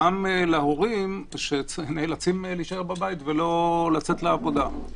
גם להורים שנאלצים להישאר בבית ולא לצאת לעבודה.